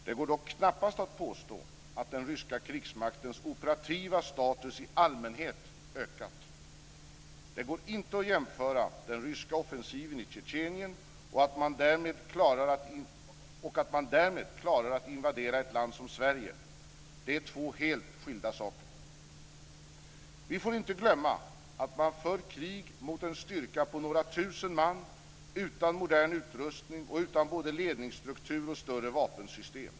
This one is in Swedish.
Det går dock knappast att påstå att den ryska krigsmaktens operativa status i allmänhet ökat. Det går inte att jämföra den ryska offensiven i Tjetjenien med invasionen av ett land som Sverige. Det är två helt skilda saker. Vi får inte glömma att man för krig mot en styrka på några tusen man utan modern utrustning och utan både ledningsstruktur och större vapensystem.